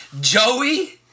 Joey